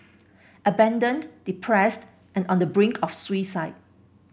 abandoned depressed and on the brink of suicide